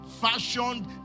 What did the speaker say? fashioned